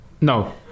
No